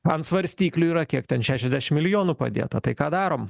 ant svarstyklių yra kiek ten šešiasdešimt milijonų padėta tai ką darom